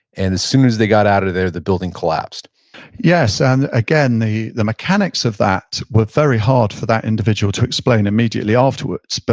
and as soon as they got out of there, the building collapsed yes, and again the the mechanics of that were very hard for that individual to explain immediately afterwards. but